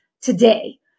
today